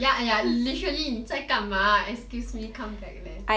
ya ya literally 你在干嘛 excuse me come back leh